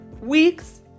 weeks